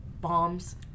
bombs